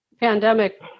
pandemic